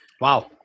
Wow